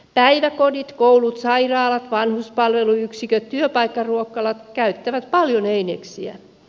päiväkodit koulut sairaalat vanhuspalveluyksiköt työpaikkaruokalat käyttävät paljon eineksiä